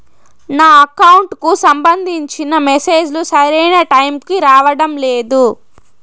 నా అకౌంట్ కు సంబంధించిన మెసేజ్ లు సరైన టైము కి రావడం లేదు